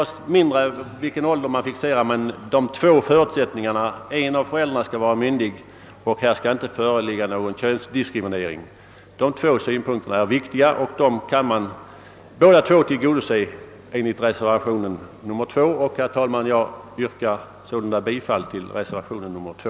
Det spelar mindre roll vilken ålder man fixerar, men de två synpunkterna att en av föräldrarna skall vara myndig och att det inte skall tillåtas någon könsdiskriminering är viktiga, och båda tillgodoses i reservationen 2. Herr talman! Jag ber således att få yrka bifall till reservationen nr 2.